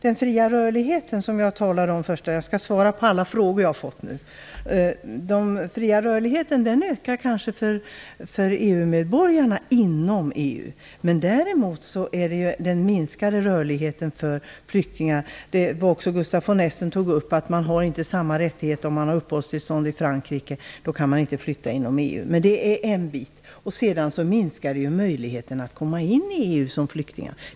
Den fria rörligheten - för att nu svara på frågor som jag har fått - ökar kanske för EU-medborgarna inom EU. Däremot minskar rörligheten för flyktingar. Gustaf von Essen sade att man har inte samma rättigheter att flytta inom EU om man har uppehållstillstånd i Frankrike. Det är en bit. Vidare minskar möjligheterna att som flykting komma in i EU.